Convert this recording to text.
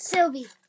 Sylvie